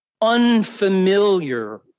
unfamiliar